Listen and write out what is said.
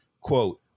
quote